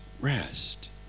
rest